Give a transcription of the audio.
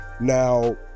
Now